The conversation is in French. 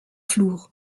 flour